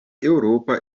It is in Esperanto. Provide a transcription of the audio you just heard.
eŭropa